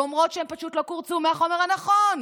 אומרות שהם פשוט לא קורצו מהחומר הנכון.